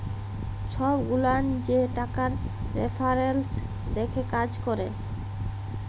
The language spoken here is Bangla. ছব গুলান যে টাকার রেফারেলস দ্যাখে কাজ ক্যরে